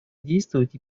действовать